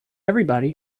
everybody